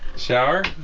shower